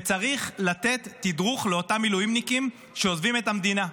וצריך לתת תדרוך לאותם מילואימניקים שעוזבים את המדינה.